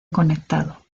conectado